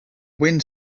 wind